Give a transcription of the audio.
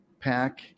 pack